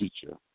teacher